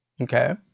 okay